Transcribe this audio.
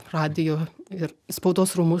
radijo ir spaudos rūmų